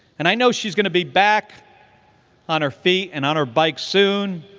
and i know she's going to be back on her feet and on her bike soon.